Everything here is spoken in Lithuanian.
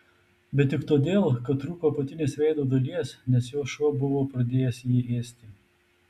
bet tik todėl kad trūko apatinės veido dalies nes jo šuo buvo pradėjęs jį ėsti